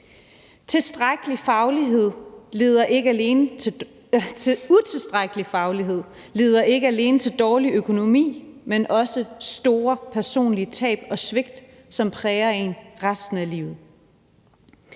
Utilstrækkelig faglighed leder ikke alene til dårlig økonomi, men også store personlige tab og svigt, som præger en resten af livet.